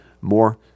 more